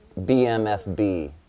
BMFB